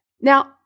Now